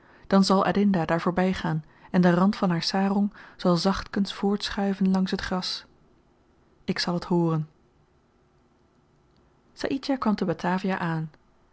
dan zal adinda daar voorbygaan en de rand van haar sarong zal zachtkens voortschuiven langs het gras ik zal het hooren saïdjah kwam te batavia aan